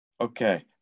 Okay